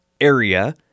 area